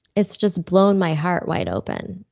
it's just blown my heart wide open,